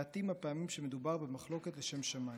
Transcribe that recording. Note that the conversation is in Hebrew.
מעטים הפעמים שמדובר במחלוקת לשם שמיים.